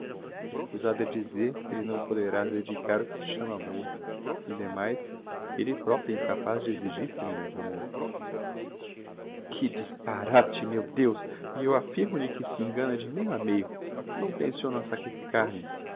escusado é dizer que lhe não poderás dedicar o que se chama amor e demais elle proprio é incapaz de exigir semelhante amor que disparate meu deus e eu affirmo lhe que se engana de meio a meio não tenciono sacrificar me